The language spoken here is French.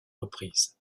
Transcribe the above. reprises